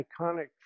iconic